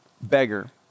beggar